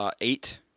Eight